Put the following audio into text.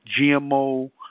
GMO